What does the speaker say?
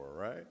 right